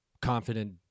confident